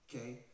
okay